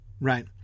right